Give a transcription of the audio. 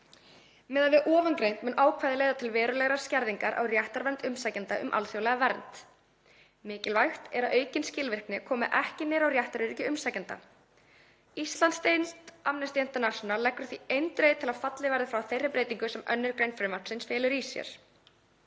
Miðað við ofangreint mun ákvæðið leiða til verulegrar skerðingar á réttarvernd umsækjenda um alþjóðlega vernd. Mikilvægt er að aukin skilvirkni komi ekki niður á réttaröryggi umsækjenda. Íslandsdeild Amnesty International leggur því eindregið til að fallið verði frá þeirri breytingu sem 2. gr. frumvarpsins felur í sér.